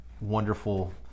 wonderful